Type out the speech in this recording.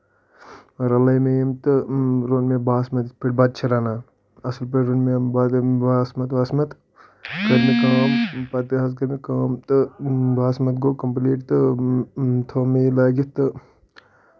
رَلٲوۍ مےٚ یِم تہٕ روٚن مےٚ باسمت یِتھ پٲٹھۍ بَتہٕ چھِ رَنان اَصل پٲٹھ روٚن مےٚ باسمت واسمت کٔر مےٚ کٲم پتہٕ حض کٔر مےٚ کٲم تہٕ باسمت گوٚو کمپلیٖٹ تہٕ تھو مےٚ یہِ لٲگِتھ تہٕ